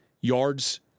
yards